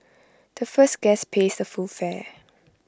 the first guest pays the full fare